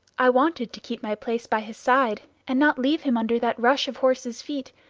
i wanted to keep my place by his side and not leave him under that rush of horses' feet,